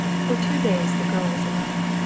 for two days the girl was alone.